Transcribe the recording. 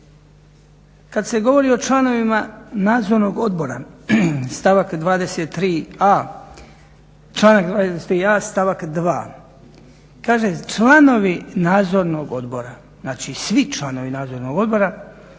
Kad se govori o članovima nadzornog odbora, stavak 23.a stavak 2.kaže članovi nadzornog odbora, znači svi članovi nadzornog odbora